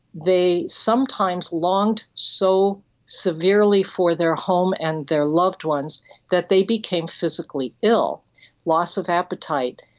they sometimes longed so severely for their home and their loved ones that they became physically ill loss of appetite,